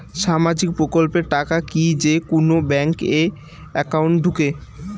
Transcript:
সামাজিক প্রকল্পের টাকা কি যে কুনো ব্যাংক একাউন্টে ঢুকে?